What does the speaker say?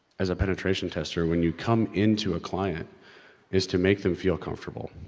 as penetration tester, when you come into a client is to make them feel comfortable.